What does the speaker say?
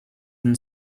and